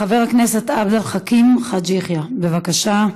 חבר הכנסת עבד אל חכים חאג' יחיא, בבקשה.